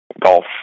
golf